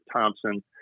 Thompson